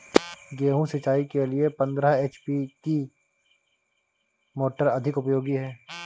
गेहूँ सिंचाई के लिए पंद्रह एच.पी की मोटर अधिक उपयोगी है?